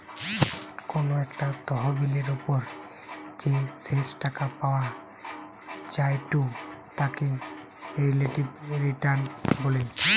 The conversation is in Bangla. কোনো একটা তহবিলের ওপর যে শেষ টাকা পাওয়া জায়ঢু তাকে রিলেটিভ রিটার্ন বলে